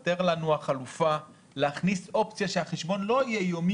תיוותר לנו החלופה להכניס אופציה שהחשבון לא יהיה יומי,